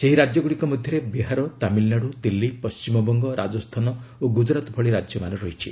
ସେହି ରାଜ୍ୟଗୁଡ଼ିକ ମଧ୍ୟରେ ବିହାର ତାମିଲ୍ନାଡୁ ଦିଲ୍ଲୀ ପଣ୍ଟିମବଙ୍ଗ ରାଜସ୍ଥାନ ଓ ଗ୍ରଜ୍ତରାତ୍ ଭଳି ରାଜ୍ୟମାନ ରହିଛି